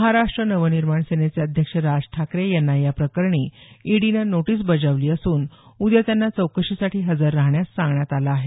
महाराष्ट्र नवनिर्माण सेनेचे अध्यक्ष राज ठाकरे यांना या प्रकरणी ईडीनं नोटीस बजावली असून उद्या त्यांना चौकशीसाठी हजर राहण्यास सांगण्यात आलं आहे